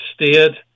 steered